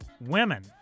women